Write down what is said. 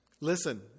Listen